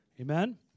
Amen